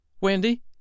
Wendy